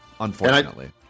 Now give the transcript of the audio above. unfortunately